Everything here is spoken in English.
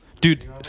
Dude